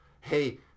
hey